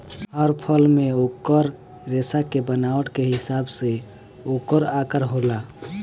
हर फल मे ओकर रेसा के बनावट के हिसाब से ओकर आकर होला